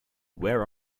where